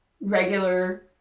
regular